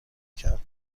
کرد